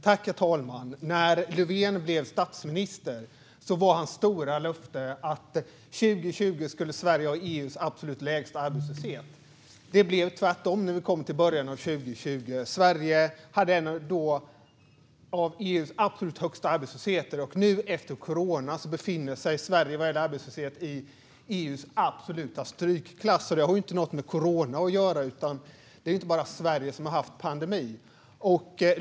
Herr talman! När Löfven blev statsminister var hans stora löfte att Sverige 2020 skulle ha EU:s absolut lägsta arbetslöshet. Det blev tvärtom när vi kom till början av 2020. Sveriges arbetslöshet var då en av EU:s högsta, och nu efter corona befinner sig Sverige i EU:s absoluta strykklass. Detta har inget med corona att göra, för det är inte bara Sverige som har haft en pandemi.